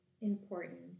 important